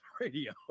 radio